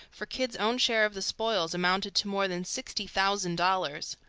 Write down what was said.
for kidd's own share of the spoils amounted to more than sixty thousand dollars.